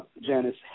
janice